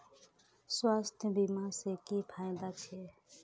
स्वास्थ्य बीमा से की की फायदा छे?